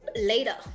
Later